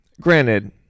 Granted